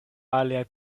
aliaj